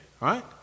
Right